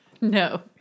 No